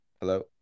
hello